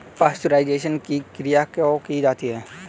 Pasteurisation की क्रिया क्यों की जाती है?